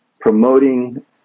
promoting